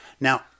Now